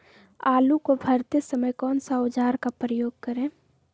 आलू को भरते समय कौन सा औजार का प्रयोग करें?